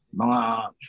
mga